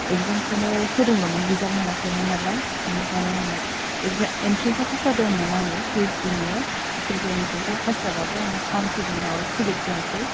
एखजामखौनो होदोंलमोन रिजाल्द मोनाखैमोन नालाय ओमफ्राय आङो इनट्रेन्स आव फास जादोंमोन आङो पि ओइस डि नि आव खिनथु इनट्रेन्सआव फास जाबाबो काउनसेलिंआव सेलेक जायासै